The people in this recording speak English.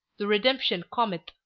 the redemption cometh.